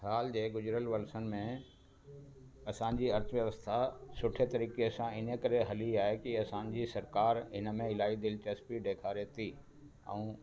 हाल जे गुज़िरियल वर्षनि में असां जी अर्थव्यवस्था सुठे तरीक़े सां इन करे हली आहे की असांजी सरकार इन में इलाही दिलचस्पी ॾेखारे थी ऐं